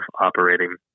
operating